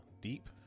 deep